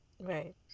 Right